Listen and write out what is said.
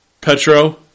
Petro